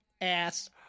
ass